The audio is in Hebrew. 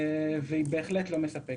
והיא בהחלט לא מספקת.